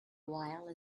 while